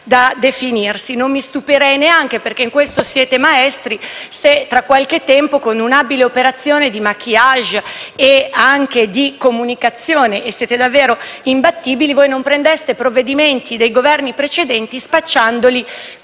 Non mi stupirei neanche, perché in questo siete maestri, se tra qualche tempo, con un'abile operazione di *maquillage* e di comunicazione (e siete davvero imbattibili), voi non prendeste provvedimenti dei Governi precedenti spacciandoli come vostri.